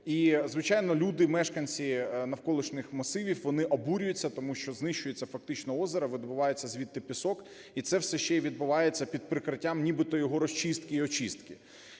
І, звичайно, люди, мешканці навколишніх масивів, вони обурюються, тому що знищується фактично озеро, видобувається звідти пісок, і це все ще й відбувається під прикриттям нібито його розчистки і очистки.